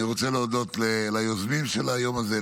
אני רוצה להודות ליוזמים של היום הזה,